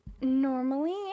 Normally